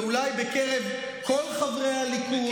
ואולי בקרב כל חברי הליכוד,